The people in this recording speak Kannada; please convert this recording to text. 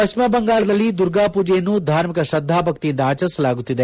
ಪಶ್ಚಿಮ ಬಂಗಾಳದಲ್ಲಿ ದುರ್ಗಾಪೂಜೆಯನ್ನು ಧಾರ್ಮಿಕ ಶ್ರದ್ದಾ ಭಕ್ತಿಯಿಂದ ಆಚರಿಸಲಾಗುತ್ತಿದೆ